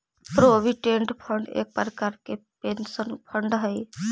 provident fund एक प्रकार के पेंशन फंड हई